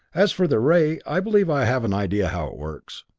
as for their ray, i believe i have an idea how it works.